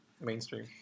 Mainstream